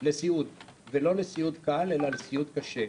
לסיעוד ולא לסיעוד קל, אלא לסיעוד קשה.